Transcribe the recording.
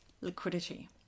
liquidity